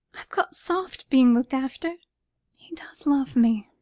i've got soft, being looked after he does love me.